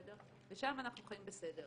שם אנחנו חיים בסדר.